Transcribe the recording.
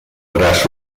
tras